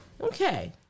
Okay